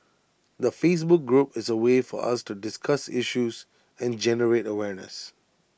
the Facebook group is A way for us to discuss issues and generate awareness